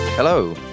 Hello